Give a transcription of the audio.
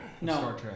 No